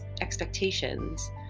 expectations